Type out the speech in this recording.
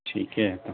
ٹھیک ہی ہے